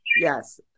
Yes